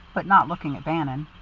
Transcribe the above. but not looking at bannon.